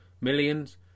millions